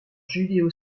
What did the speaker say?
judéo